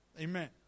Amen